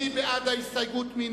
מי בעד ההסתייגות?